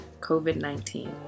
COVID-19